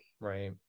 Right